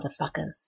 motherfuckers